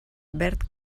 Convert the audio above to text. verd